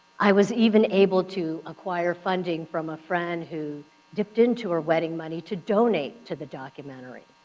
i was even able to acquire funding from a friend who dipped into her wedding money to donate to the documentary.